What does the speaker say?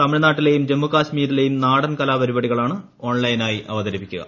തമിഴ്നാട്ടിലെയും ജമ്മു കശ്മീരിലെയും നാടൻ കലാപരിപാടികളാണ് ഓൺലൈനായി അവതരിപ്പിക്കുക